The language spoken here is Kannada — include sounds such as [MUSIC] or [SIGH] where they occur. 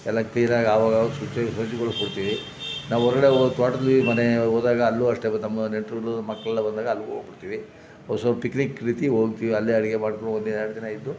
ಎಲ್ಲ ಕ್ಲೀನಾಗಿ ಆವಾಗಾವಾಗ ಶುಚಿ ಶುಚಿಗೊಳಿಸ್ಬಿಡ್ತೀವಿ ನಾವು ಹೊರ್ಗಡೆ ಓ ತೋಟದ ಮನೆ ಹೋದಾಗ ಅಲ್ಲೂ ಅಷ್ಟೇ [UNINTELLIGIBLE] ನಮ್ಮ ನೆಂಟ್ರುಗಳು ಮಕ್ಕಳೆಲ್ಲ ಬಂದಾಗ ಅಲ್ಲಿಗೂ ಹೋಗ್ಬುಡ್ತೀವಿ [UNINTELLIGIBLE] ಪಿಕ್ನಿಕ್ ರೀತಿ ಹೋಗ್ತೀವಿ ಅಲ್ಲೇ ಅಡುಗೆ ಮಾಡ್ಕೊ ಒಂದಿನ ಎರಡು ದಿನ ಇದ್ದು